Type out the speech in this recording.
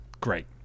Great